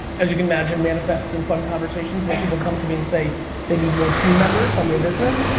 as you can imagine, manifests in fun conversations, where people come to me and say they need more team members on their business.